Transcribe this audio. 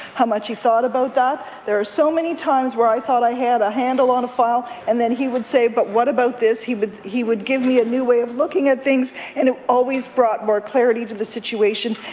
how much he thought about that. there were so many times when i thought i had a handle on a file, and then he would say, but what about this? he would he would give me a new way of looking at things, and it always brought more clarity to the situation.